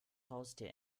haustier